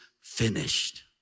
finished